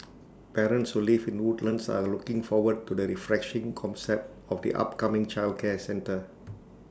parents who live in Woodlands are looking forward to the refreshing concept of the upcoming childcare centre